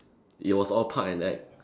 it was all part an act